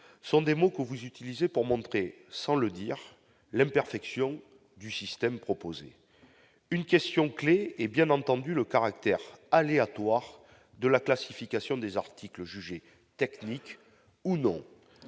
sont des mots que vous utilisez pour montrer, sans le dire l'imperfection du système proposé une question clé et, bien entendu, le caractère aléatoire de la classification des articles jugés technique ou non,